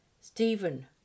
Stephen